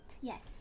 yes